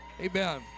Amen